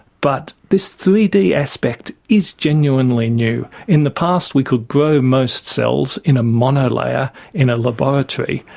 but this three d aspect is genuinely new. in the past we could grow most cells in a monolayer in a laboratory,